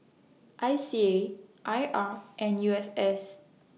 I C A I R and U S S